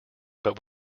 but